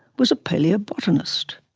was a palaeobotanist,